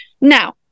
Now